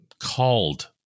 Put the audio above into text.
called